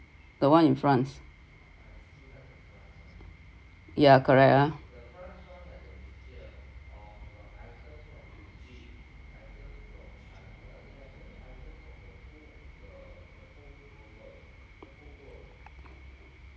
the one in france ya correct ah